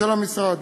של המשרד.